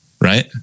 right